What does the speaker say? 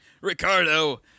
Ricardo